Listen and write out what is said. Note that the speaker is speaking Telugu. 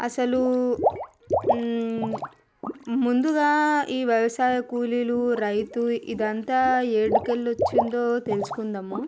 అసలు ముందుగా ఈ వ్యవసాయ కూలీలు రైతు ఇదంతా ఎక్కడికెళ్ళి వచ్చిందో తెలుసుకుందాము